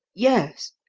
yes.